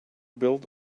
build